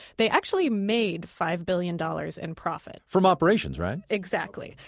they actually made five billion dollars in profit from operations right? exactly.